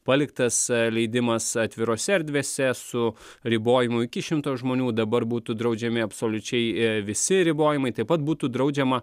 paliktas leidimas atvirose erdvėse su ribojimu iki šimto žmonių dabar būtų draudžiami absoliučiai visi ribojimai taip pat būtų draudžiama